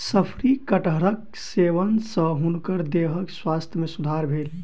शफरी कटहरक सेवन सॅ हुनकर देहक स्वास्थ्य में सुधार भेल